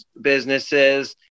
businesses